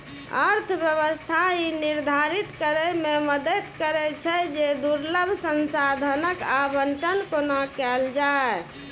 अर्थव्यवस्था ई निर्धारित करै मे मदति करै छै, जे दुर्लभ संसाधनक आवंटन कोना कैल जाए